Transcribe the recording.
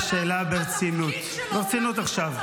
טלי, אשאל אותך שאלת ברצינות עכשיו: